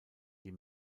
die